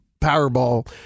Powerball